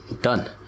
Done